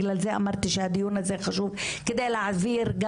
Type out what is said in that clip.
בגלל זה אמרתי שהדיון הזה חשוב כדי להעביר,